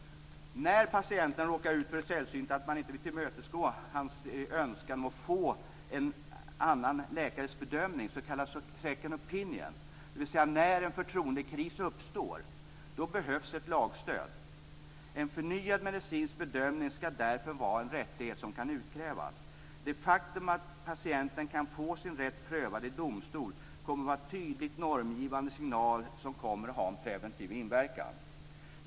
När patienten råkar ut för det sällsynta att man inte vill tillmötesgå hans önskan att få en annan läkares bedömning, second opinion, dvs. när en förtroendekris uppstår, behövs ett lagstöd. En förnyad medicinsk bedömning skall därför vara en rättighet som kan utkrävas. Det faktum att patienten kan få sin rätt prövad i domstol kommer att vara en tydlig normgivande signal som kommer att ha en preventiv inverkan.